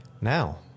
Now